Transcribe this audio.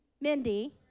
Mindy